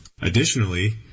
Additionally